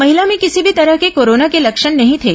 महिला में किसी भी तरह के कोरोना के लक्षण नहीं थे